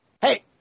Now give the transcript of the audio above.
hey